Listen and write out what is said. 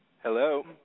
Hello